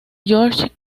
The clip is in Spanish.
george